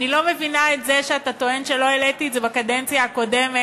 אני לא מבינה את זה שאתה טוען שלא העליתי את זה בקדנציה הקודמת